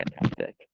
Fantastic